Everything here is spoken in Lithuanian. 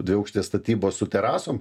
dviaukštės statybos su terasom